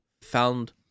found